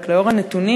רק לאור הנתונים,